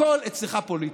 הכול אצלך פוליטיקה.